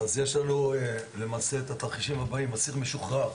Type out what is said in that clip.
אז יש לנו למעשה את התרחישים הבאים: אסיר משוחרר,